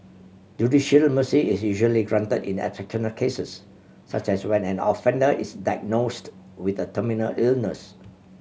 judicial mercy is usually granted in exceptional cases such as when an offender is diagnosed with a terminal illness